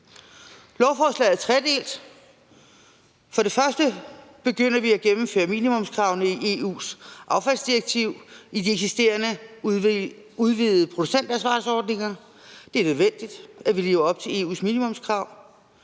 Lovforslaget er tredelt. For det første begynder vi at gennemføre minimumskravene i EU's affaldsdirektiv i de eksisterende udvidede producentansvarsordninger. Det er nødvendigt, at vi lever op til EU's minimumskrav.